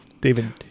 David